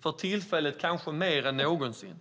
för tillfället kanske mer än någonsin.